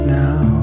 now